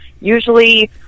usually